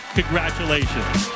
congratulations